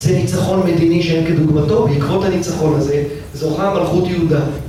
זה ניצחון מדיני שאין כדוגמתו, ובעקבות הניצחון הזה זוכה מלכות יהודה.